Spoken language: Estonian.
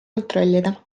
kontrollida